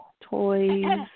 toys